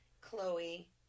Chloe